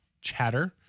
chatter